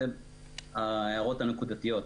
אלה ההערות הנקודתיות.